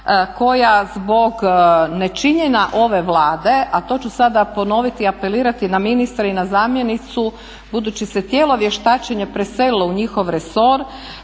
koja zbog nečinjenja ove Vlade, a to ću sada ponoviti i apelirati na ministra i na zamjenicu, budući se tijelo vještačenja preselilo u njihov resor